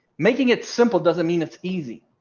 making it simple doesn't mean it's easy.